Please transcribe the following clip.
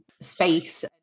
space